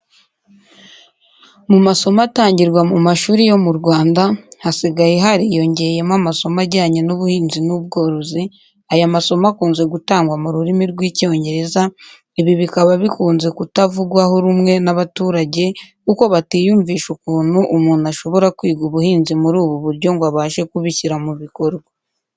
Mu masomo atangirwa mu mashuri yo mu Rwanda hasigaye hariyongereyemo amasomo ajyanye n'ubuhinzi n'ubworozi, aya masomo akunze gutangwa mu rurimi rw'Icyongereza, ibi bikaba bikunze kutavugwaho rumwe n'abaturage kuko batiyumvisha ukuntu umuntu ashobora kwiga ubuhinzi muri ubu buryo ngo abashe kubishyira mu bikorwa.